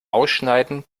ausschneiden